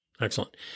Excellent